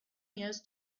years